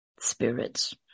spirits